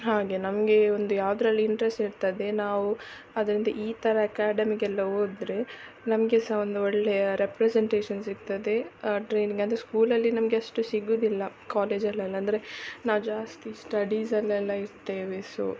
ಹಾಗೆ ನಮಗೆ ಒಂದು ಯಾವುದ್ರಲ್ಲಿ ಇಂಟ್ರೆಸ್ಟ್ ಇರ್ತದೆ ನಾವು ಅದ್ರಿಂದ ಈ ಥರ ಎಕ್ಯಾಡೆಮಿಗೆಲ್ಲ ಹೋದ್ರೆ ನಮಗೆ ಸಹ ಒಂದು ಒಳ್ಳೆಯ ರೆಪ್ರೆಸೆಂಟೇಷನ್ ಸಿಕ್ತದೆ ಟ್ರೈನಿಂಗ್ ಅಂದರೆ ಸ್ಕೂಲಲ್ಲಿ ನಮಗೆ ಅಷ್ಟು ಸಿಗುವುದಿಲ್ಲ ಕಾಲೇಜಲ್ಲಿ ಅಂದರೆ ನಾವು ಜಾಸ್ತಿ ಸ್ಟಡೀಸಲ್ಲೆಲ್ಲ ಇರ್ತೇವೆ ಸೊ